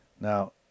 Now